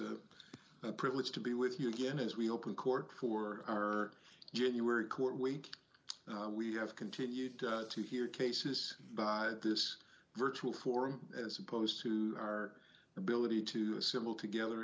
a privilege to be with you again as we open court for our january court week we have continued to hear cases this virtual forum as opposed to our ability to assemble together